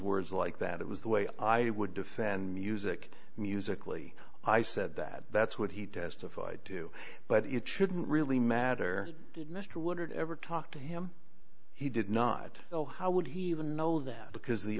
words like that it was the way i would defend music musically i said that that's what he testified to but it shouldn't really matter did mr woodward ever talk to him he did not know how would he even know that because the